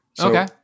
Okay